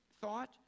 thought